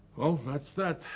that's that.